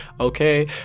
Okay